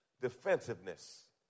defensiveness